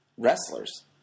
Wrestlers